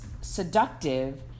seductive